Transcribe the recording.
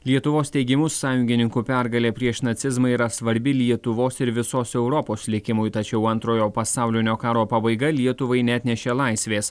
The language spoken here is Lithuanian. lietuvos teigimu sąjungininkų pergalė prieš nacizmą yra svarbi lietuvos ir visos europos likimui tačiau antrojo pasaulinio karo pabaiga lietuvai neatnešė laisvės